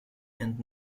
and